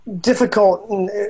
Difficult